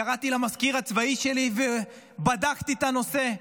קראתי למזכיר הצבאי שלי ובדקתי את הנושא.